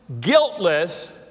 guiltless